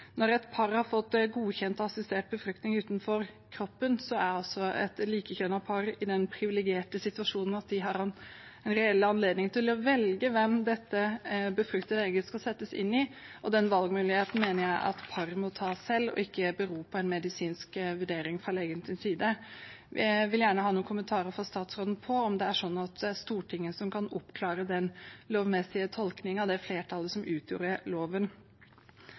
Når et par har fått godkjent assistert befruktning utenfor kroppen, er et likekjønnet par i den privilegerte situasjonen at de har en reell anledning til velge hvem dette befruktede egget skal settes inn i, og den valgmuligheten mener jeg at paret må ta selv, og at det ikke må bero på en medisinsk vurdering fra legens side. Jeg vil gjerne ha noen kommentarer fra statsråden på om det er sånn at det er Stortinget som kan oppklare den lovmessige tolkningen, det flertallet som utgjorde loven.